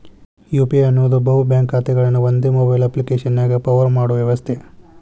UPI ಅನ್ನೋದ್ ಬಹು bank ಖಾತೆಗಳನ್ನ ಒಂದೇ ಮೊಬೈಲ್ ಅಪ್ಪ್ಲಿಕೆಶನ್ಯಾಗ ಪವರ್ ಮಾಡೋ ವ್ಯವಸ್ಥೆ